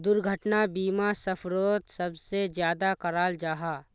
दुर्घटना बीमा सफ़रोत सबसे ज्यादा कराल जाहा